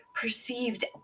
perceived